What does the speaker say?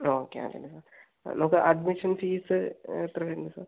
okay അതിന് നമ്മുക്ക് admission fees എത്ര വരും സാർ